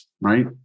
right